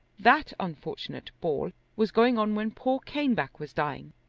that unfortunate ball was going on when poor caneback was dying.